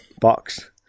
box